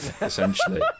essentially